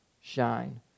shine